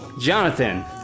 Jonathan